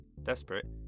Desperate